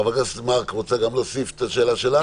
חברת הכנסת מארק, רוצה גם להוסיף את השאלה שלך?